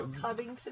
Covington